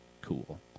cool